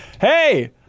hey